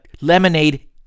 lemonade